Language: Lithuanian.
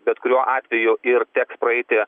bet kuriuo atveju ir teks praeiti